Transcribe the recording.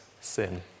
sin